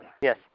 Yes